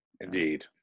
indeed